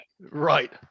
Right